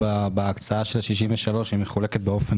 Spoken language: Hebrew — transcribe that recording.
ההקצאה של 63 מיליון ש"ח מחולקת באופן